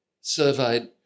surveyed